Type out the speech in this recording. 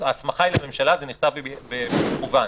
וכמובן